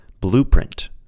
blueprint